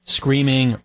screaming